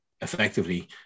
effectively